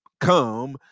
come